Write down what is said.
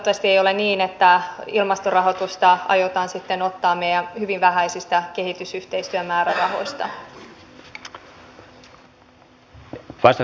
toivottavasti ei ole niin että ilmastorahoitusta aiotaan sitten ottaa meidän hyvin vähäisistä kehitysyhteistyömäärärahoistamme